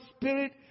spirit